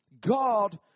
God